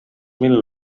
mil